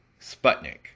Sputnik